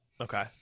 Okay